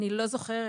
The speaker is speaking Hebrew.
אני לא זוכרת.